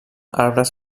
arbres